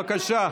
בבקשה.